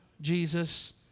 Jesus